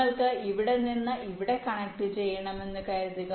നിങ്ങൾക്ക് ഇവിടെ നിന്ന് ഇവിടെ കണക്റ്റുചെയ്യണമെന്ന് കരുതുക